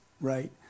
right